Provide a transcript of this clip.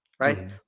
right